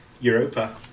Europa